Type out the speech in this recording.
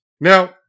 Now